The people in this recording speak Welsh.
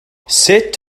sut